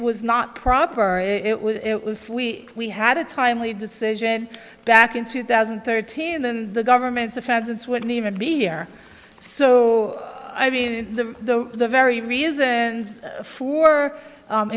was not proper it was it wolf we we had a timely decision back in two thousand and thirteen and the government's offenses wouldn't even be here so i mean the the the very reasons for